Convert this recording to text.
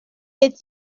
est